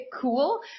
cool